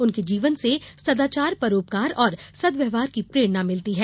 उनके जीवन से सदाचार परोपकार और सद्व्यवहार की प्रेरणा मिलती है